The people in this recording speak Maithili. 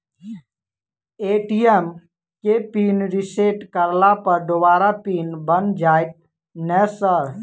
ए.टी.एम केँ पिन रिसेट करला पर दोबारा पिन बन जाइत नै सर?